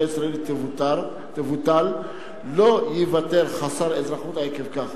הישראלית תבוטל לא ייוותר חסר אזרחות עקב כך.